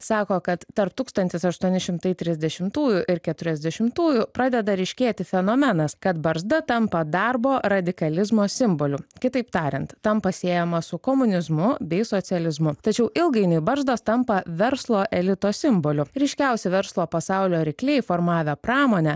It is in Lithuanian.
sako kad tarp tūkstantis aštuoni šimtai trisdešimtųjų ir keturiasdešimtųjų pradeda ryškėti fenomenas kad barzda tampa darbo radikalizmo simboliu kitaip tariant tampa siejama su komunizmu bei socializmu tačiau ilgainiui barzdos tampa verslo elito simboliu ryškiausi verslo pasaulio rykliai formavę pramonę